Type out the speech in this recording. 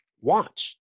watch